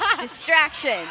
Distraction